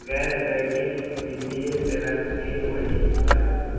गैर बैकिंग वित्तीय सेवा की होअ हई?